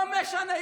לא משנה.